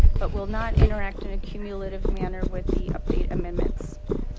but will not interact in a cumulative manner with the update amendments.